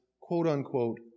quote-unquote